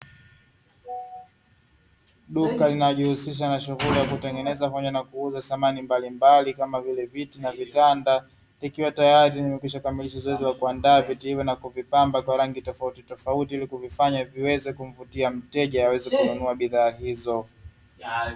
Duka linalojihusisha na shughuli ya kutengeneza pamoja na kuuza samani mbalimbali kama vile viti na vitanda, vikiwa tayari vimekwishakamilishwa zoezi la kuandaa vitu hivyo na kuvipamba kwa rangi tofautitofauti ili kuvifanya viweze kumvutia mteja aweze kununua bidhaa hizo.